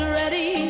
ready